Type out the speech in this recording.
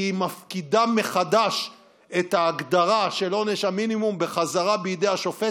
כי היא מפקידה מחדש את ההגדרה של עונש המינימום בידי השופט,